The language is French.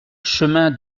chemin